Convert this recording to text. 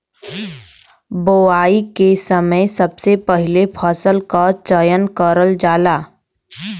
बोवाई के समय सबसे पहिले फसल क चयन करल जाला